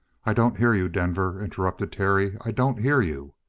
i don't hear you, denver, interrupted terry. i don't hear you.